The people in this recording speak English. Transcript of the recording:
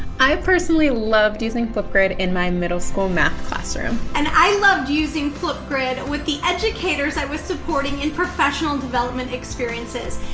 i personally loved using flipgrid in my middle school math classroom. and i loved using flipgrid with the educators i was supporting in professional development experiences.